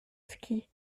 ski